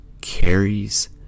carries